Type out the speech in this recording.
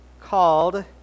called